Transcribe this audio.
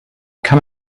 come